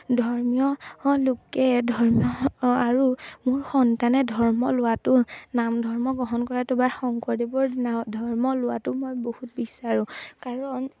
ধৰ্মীয় লোকে ধৰ্মীয় আৰু মোৰ সন্তানে ধৰ্ম লোৱাটো নাম ধৰ্ম গ্ৰহণ কৰাটো বা শংকৰদেৱৰ ধৰ্ম লোৱাটো মই বহুত বিচাৰোঁ কাৰণ